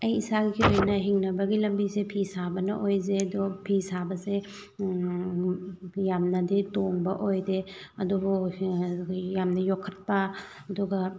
ꯑꯩ ꯏꯁꯥꯒꯤ ꯑꯣꯏꯅ ꯍꯤꯡꯅꯕꯒꯤ ꯂꯝꯕꯤꯁꯦ ꯐꯤ ꯁꯥꯕꯅ ꯑꯣꯏꯖꯩ ꯑꯗꯣ ꯐꯤ ꯁꯥꯕꯁꯦ ꯌꯥꯝꯅꯗꯤ ꯇꯣꯡꯕ ꯑꯣꯏꯗꯦ ꯑꯗꯨꯕꯨ ꯌꯥꯝꯅ ꯌꯣꯛꯈꯠꯄ ꯑꯗꯨꯒ